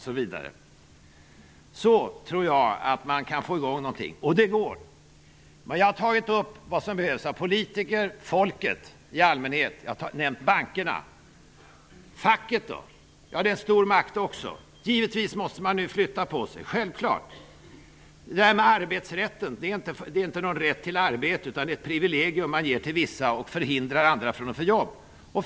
Så tror jag att man kan få i gång någonting. Och det går! Jag har berört vad som behövs av politikerna och folket i allmänhet. Jag har också nämnt bankerna. Facket då? Ja, facket är en stor makt. Givetvis måste facket flytta på sig. Arbetsrätten innebär inte någon rätt till arbete utan är ett privilegium. Arbetsrätten ger vissa jobb och hindrar andra att få jobb.